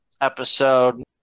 episode